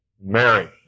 Mary